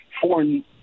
foreign